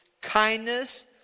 kindness